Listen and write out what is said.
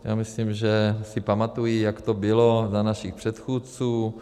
Já myslím, že si pamatují, jak to bylo za našich předchůdců.